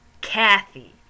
Kathy